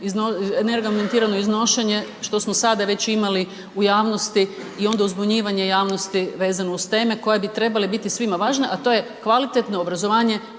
neargumentirano iznošenje što smo sada već imali u javnosti i onda uzbunjivanje javnosti vezano uz teme koje bi trebale biti svima važne, a to je kvalitetno obrazovanje